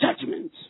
judgment